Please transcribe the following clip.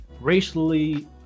racially